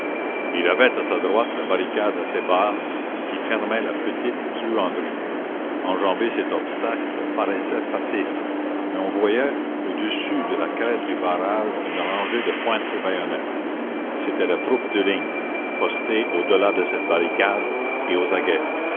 il avait à sa droite la barricade assez basse qui fermait la petite truanderie enjamber cet obstacle paraissait facile mais on voyait au-dessus de la crête du barrage une rangée de pointes de bayonnettes c'était la troupe de ligne postée au delà de cette barricade et aux aguets